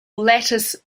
lattice